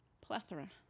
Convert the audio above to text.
plethora